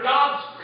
God's